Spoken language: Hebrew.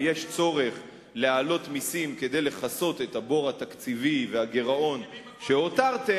ויש צורך להעלות מסים כדי לכסות את הבור התקציבי ואת הגירעון שהותרתם,